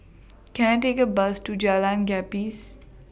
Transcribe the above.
Can I Take A Bus to Jalan Gapis